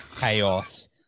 chaos